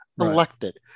elected